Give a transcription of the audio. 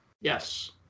Yes